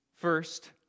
First